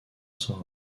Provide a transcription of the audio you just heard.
sort